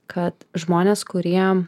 kad žmonės kurie